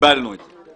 קיבלנו את זה.